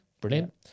Brilliant